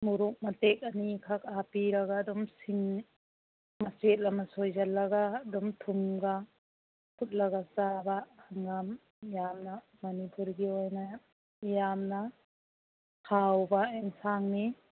ꯃꯣꯔꯣꯛ ꯃꯇꯦꯛ ꯑꯅꯤꯈꯛ ꯍꯥꯞꯄꯤꯔꯒ ꯑꯗꯨꯝ ꯁꯤꯡ ꯃꯆꯦꯠ ꯑꯃ ꯁꯣꯏꯖꯏꯜꯂꯒ ꯑꯗꯨꯝ ꯊꯨꯝꯒ ꯐꯨꯠꯂꯒ ꯆꯥꯕ ꯍꯪꯒꯥꯝ ꯌꯥꯝꯅ ꯃꯅꯤꯄꯨꯔꯒꯤ ꯑꯣꯏꯅ ꯌꯥꯝꯅ ꯍꯥꯎꯕ ꯑꯦꯟꯁꯥꯡꯅꯤ